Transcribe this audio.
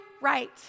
right